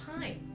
time